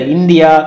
India